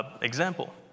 example